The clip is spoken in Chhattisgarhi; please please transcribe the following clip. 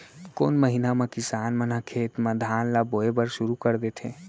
कोन महीना मा किसान मन ह खेत म धान ला बोये बर शुरू कर देथे?